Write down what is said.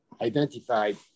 identified